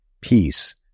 peace